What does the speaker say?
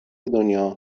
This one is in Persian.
دنیا